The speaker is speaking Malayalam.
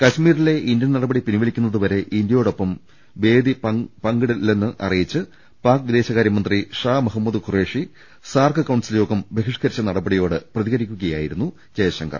കശ്മീ രിലെ ഇന്ത്യൻ നടപടി പിൻവലിക്കുന്നതുവരെ ഇന്ത്യയോടൊപ്പം വേദി പങ്കി ടില്ലെന്ന് അറിയിച്ച് പാക് വിദേശകാരൃമന്ത്രി ഷാ മഹമൂദ് ഖുറൈഷി സാർക്ക് കൌൺസിൽ യോഗം ബഹിഷ്കരിച്ച നടപടിയോട് പ്രതികരിക്കുകയായി രുന്നു ജയശങ്കർ